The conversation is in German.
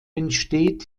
entsteht